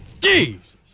Jesus